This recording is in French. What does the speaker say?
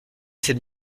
cette